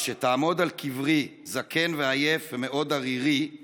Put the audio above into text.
כשתעמוד על קברי / זקן ועייף ומאוד ערירי /